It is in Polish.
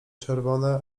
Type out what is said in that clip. czerwone